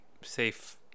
safe